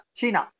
China